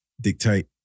dictate